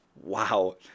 Wow